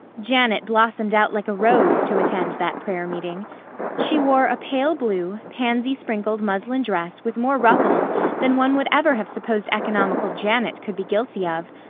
janet blossomed out like a rose to attend that prayer-meeting. she wore a pale-blue, pansy-sprinkled muslin dress with more ruffles than one would ever have supposed economical janet could be guilty of,